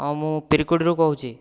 ଆଉ ମୁଁ ପିରକୁଡ଼ିରୁ କହୁଛି